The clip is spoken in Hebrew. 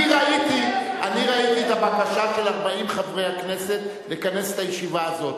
אני ראיתי את הבקשה של 40 חברי הכנסת לכנס את הישיבה הזו.